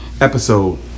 episode